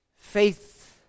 Faith